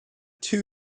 two